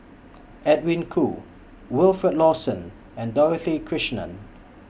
Edwin Koo Wilfed Lawson and Dorothy Krishnan